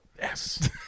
Yes